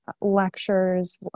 lectures